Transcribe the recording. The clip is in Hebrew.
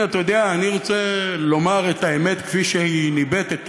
אני רוצה לומר את האמת כפי שהיא ניבטת,